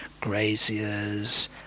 graziers